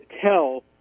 tell